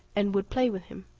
and would play with him?